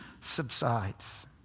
subsides